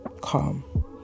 calm